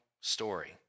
story